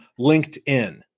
LinkedIn